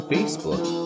Facebook